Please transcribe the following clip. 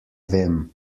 vem